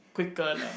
quicker lah